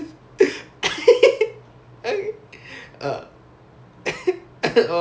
oh okay K K K I know that janani dude I was thinking of like other